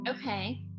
Okay